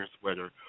sweater